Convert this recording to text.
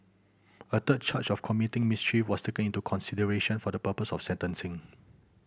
a third charge of committing mischief was taken into consideration for the purpose of sentencing